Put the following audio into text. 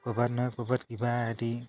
ক'ৰবাত নহয় ক'ৰবাত কিবা এটি